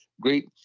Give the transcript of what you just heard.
great